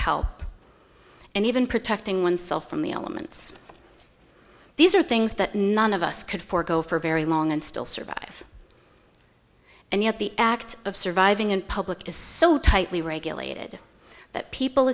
help and even protecting oneself from the elements these are things that none of us could forego for very long and still survive and yet the act of surviving and public is so tightly regulated that people